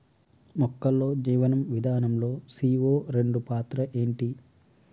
మొక్కల్లో జీవనం విధానం లో సీ.ఓ రెండు పాత్ర ఏంటి?